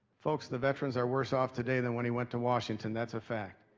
folks, the veterans are worse off today than when he went to washington. that's a fact.